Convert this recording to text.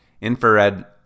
Infrared